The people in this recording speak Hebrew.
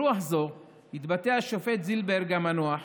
ברוח זו התבטא השופט זילברג המנוח,